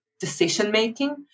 decision-making